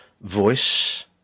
voice